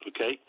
Okay